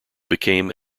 became